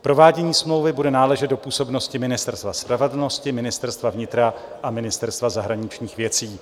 Provádění smlouvy bude náležet do působnosti Ministerstva spravedlnosti, Ministerstva vnitra a Ministerstva zahraničních věcí.